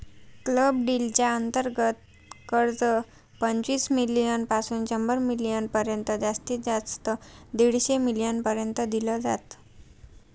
club deal च्या अंतर्गत कर्ज, पंचवीस मिलीयन पासून शंभर मिलीयन पर्यंत जास्तीत जास्त दीडशे मिलीयन पर्यंत दिल जात